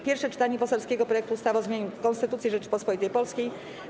Pierwsze czytanie poselskiego projektu ustawy o zmianie Konstytucji Rzeczypospolitej Polskiej.